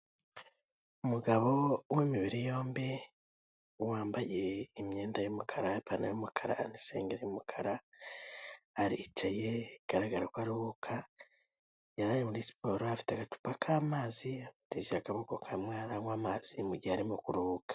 Umugabo w'imibiri yombi, wambaye imyenda y'umukara, ipantaro y'umukara, n'isengera y'umukara, aricaye bigaragara ko aruhuka, yari ari muri siporo, afite agacupa k'amazi, ateruje akaboko kamwe aranywa amazi mugihe arimo kuruhuka.